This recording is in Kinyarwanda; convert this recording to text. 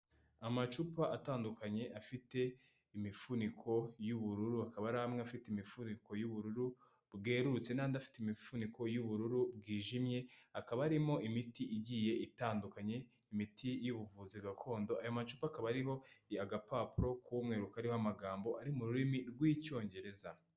Amacupa atandukanye afite imifuniko y'ubururu, hakaba hari amwe afite imifuniko y'ubururu bwerurutse n'andi afite imifuniko y'ubururu bwijimye, akaba arimo imiti igiye itandukanye, imiti y'ubuvuzi gakondo, aya macupa akaba ariho agapapuro k'umweru kariho amagambo ari mu rurimi rw'icyongereza.